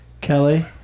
Kelly